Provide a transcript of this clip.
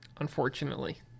unfortunately